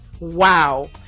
wow